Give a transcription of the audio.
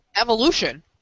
evolution